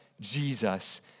Jesus